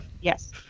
Yes